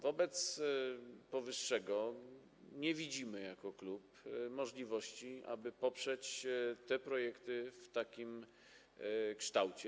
Wobec powyższego nie widzimy jako klub możliwości poparcia tych projektów w takim kształcie.